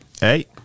Hey